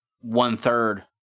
one-third